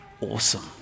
awesome